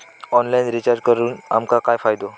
Online recharge करून आमका काय फायदो?